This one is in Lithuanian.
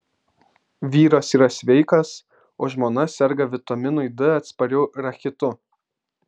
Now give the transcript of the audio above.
vyras yra sveikas o žmona serga vitaminui d atspariu rachitu